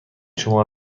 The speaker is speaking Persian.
شما